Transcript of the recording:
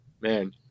man